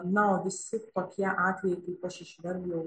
na o visi tokie atvejai kaip aš išvardijau